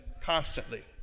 constantly